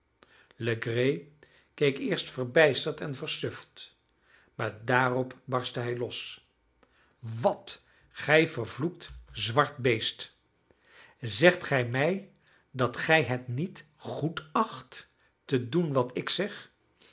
legree keek eerst verbijsterd en versuft maar daarop barstte hij los wat gij vervloekt zwart beest zegt gij mij dat gij het niet goed acht te doen wat ik zeg